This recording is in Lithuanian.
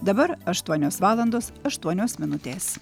dabar aštuonios valandos aštuonios minutės